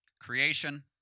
creation